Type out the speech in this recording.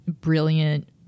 brilliant